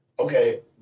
Okay